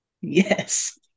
Yes